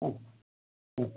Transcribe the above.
ആ ആ